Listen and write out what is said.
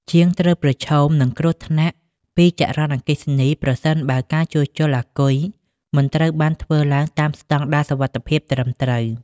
ជាងត្រូវប្រឈមនឹងគ្រោះថ្នាក់ពីចរន្តអគ្គិសនី ប្រសិនបើការជួសជុលអាគុយមិនត្រូវបានធ្វើឡើងតាមស្តង់ដារសុវត្ថិភាពត្រឹមត្រូវ។